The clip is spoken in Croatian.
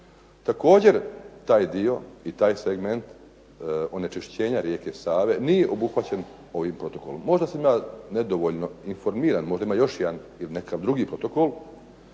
također i taj dio i taj segment onečišćenja rijeke Save nije obuhvaćen ovim protokolom. Možda sam ja nedovoljno informiran, možda ima još neki drugi protokol